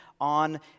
on